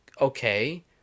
okay